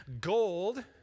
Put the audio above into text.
Gold